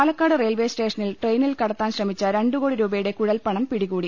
പാലക്കാട് റെയിൽവെസ്റ്റേഷനിൽ ട്രെയിനിൽ കടത്താൻ ശ്രമിച്ച രണ്ടു കോടി രൂപയുടെ കൂഴൽപ്പണം പിടികൂടി